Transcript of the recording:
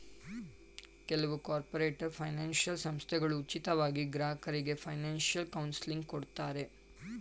ಕೆಲವು corporator financial ಸಂಸ್ಥೆಗಳು ಉಚಿತವಾಗಿ ಗ್ರಾಹಕರಿಗೆ ಫೈನಾನ್ಸಿಯಲ್ ಕೌನ್ಸಿಲಿಂಗ್ ಕೊಡ್ತಾರೆ